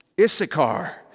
Issachar